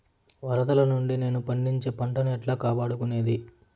వరదలు నుండి నేను పండించే పంట ను ఎట్లా కాపాడుకునేది?